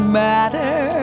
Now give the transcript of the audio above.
matter